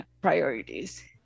priorities